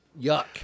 yuck